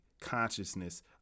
consciousness